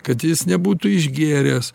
kad jis nebūtų išgėręs